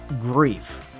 grief